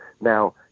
now